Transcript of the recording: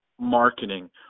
marketing